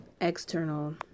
external